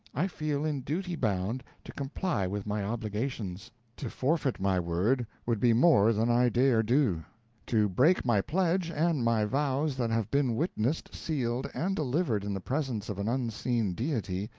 i feel in duty bound to comply with my obligations to forfeit my word would be more than i dare do to break my pledge, and my vows that have been witnessed, sealed, and delivered in the presence of an unseen deity,